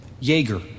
Jaeger